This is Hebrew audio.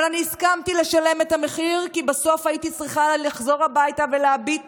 אבל אני הסכמתי לשלם את המחיר כי בסוף הייתי צריכה לחזור הביתה ולהביט